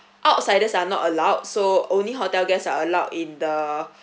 outsiders are not allowed so only hotel guests are allowed in the